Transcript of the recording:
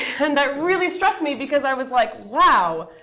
and that really struck me because i was like, wow.